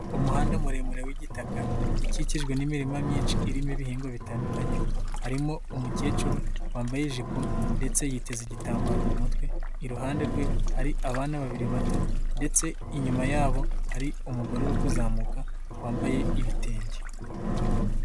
Umuhanda muremure w'igitaka, ukikijwe n'imirima myinshi irimo ibihingwa bitandukanye. Harimo umukecuru wambaye ijipo ndetse yiteze igitambaro mu mutwe. Iruhande rwe hari abana babiri bato ndetse inyuma yabo hari umugore uri kuzamuka wambaye ibitenge.